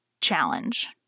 challenge